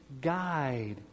guide